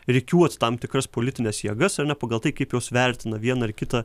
rikiuot tam tikras politines jėgas ar ne pagal tai kaip jos vertina vieną ar kitą